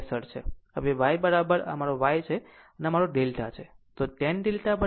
હવે y આ મારો y છે અને આ મારો delta છે